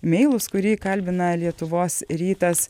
meilus kurį kalbina lietuvos rytas